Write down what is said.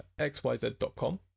xyz.com